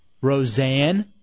Roseanne